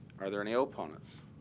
are there any opponents?